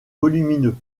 volumineux